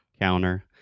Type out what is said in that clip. counter